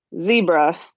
Zebra